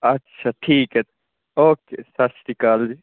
ਅੱਛਾ ਠੀਕ ਹੈ ਓਕੇ ਸਤਿ ਸ੍ਰੀ ਅਕਾਲ ਜੀ